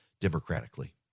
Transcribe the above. democratically